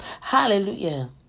Hallelujah